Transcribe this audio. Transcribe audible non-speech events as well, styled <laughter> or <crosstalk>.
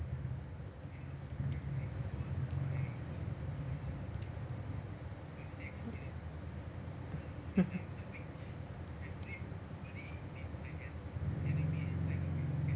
<laughs>